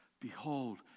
behold